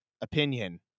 opinion